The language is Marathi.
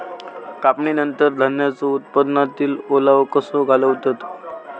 कापणीनंतर धान्यांचो उत्पादनातील ओलावो कसो घालवतत?